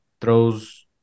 throws